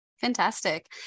Fantastic